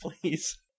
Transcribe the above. please